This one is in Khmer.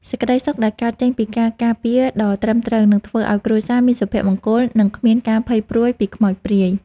សេចក្តីសុខដែលកើតចេញពីការការពារដ៏ត្រឹមត្រូវនឹងធ្វើឱ្យគ្រួសារមានសុភមង្គលនិងគ្មានការភ័យព្រួយពីខ្មោចព្រាយ។